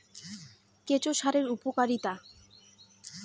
কেঁচো সারের উপকারিতা?